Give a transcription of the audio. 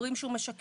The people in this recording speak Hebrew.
אומרים שהוא משקר.